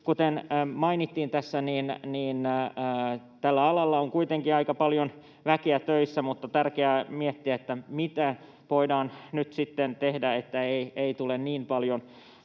Kuten mainittiin tässä, tällä alalla on kuitenkin aika paljon väkeä töissä, mutta on tärkeää miettiä, mitä voidaan nyt sitten tehdä, että ei tule niin paljon